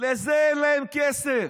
לזה אין להם כסף.